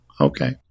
Okay